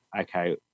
okay